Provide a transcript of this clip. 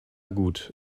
gut